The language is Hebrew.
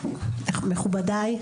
מכובדי,